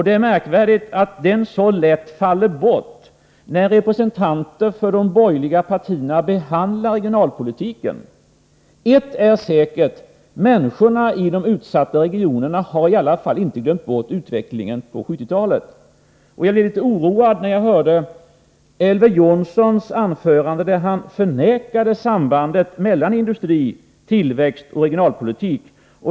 Det är märkvärdigt att den så lätt faller bort när representanter för de borgerliga partierna behandlar regionalpolitiken. Ett är säkert: människorna i de utsatta regionerna har inte glömt bort utvecklingen under 1970-talet. Jag blev litet oroad när jag lyssnade på Elver Jonssons anförande och hörde hur han förnekade sambandet mellan industri, tillväxt och regionalpolitik.